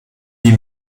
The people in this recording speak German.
die